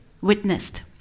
witnessed